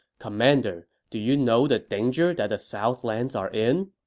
commander, do you know the danger that the southlands are in?